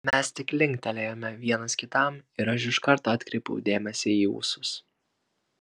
mes tik linktelėjome vienas kitam ir aš iš karto atkreipiau dėmesį į ūsus